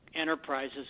enterprises